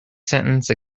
sentence